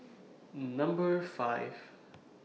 Number five